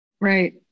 Right